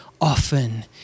often